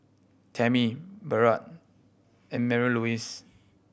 Tammy Barrett and Marylouise